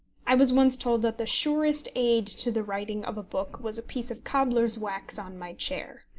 i was once told that the surest aid to the writing of a book was a piece of cobbler's wax on my chair.